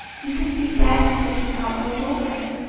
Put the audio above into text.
you can see that sticking out all over him.